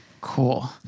Cool